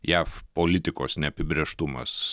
jav politikos neapibrėžtumas